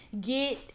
Get